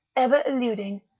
ever eluding,